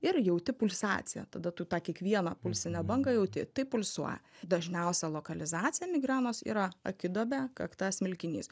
ir jauti pulsaciją tada tu tą kiekvieną pulsinę bangą jauti taip pulsuoja dažniausia lokalizacija migrenos yra akiduobė kakta smilkinys